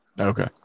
Okay